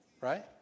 right